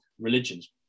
religions